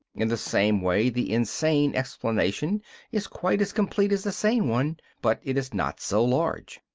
in the same way the insane explanation is quite as complete as the sane one, but it is not so large.